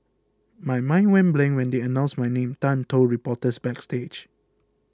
my mind went blank when they announced my name Tan told reporters backstage